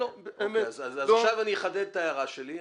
אז עכשיו אני אחדד את ההערה שלי.